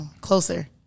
closer